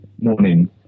Morning